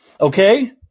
okay